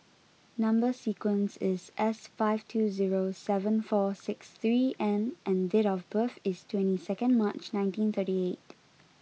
number sequence is S five two zero seven four six three N and date of birth is twenty second March nineteen thirty eight